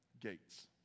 gates